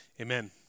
Amen